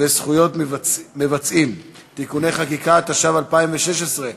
וזכויות מבצעים (תיקוני חקיקה), התשע"ו 2016,